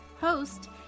host